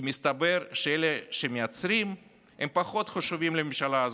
כי מסתבר שאלה שמייצרים הם פחות חשובים לממשלה הזאת.